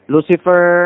Lucifer